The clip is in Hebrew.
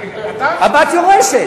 הבת יורשת.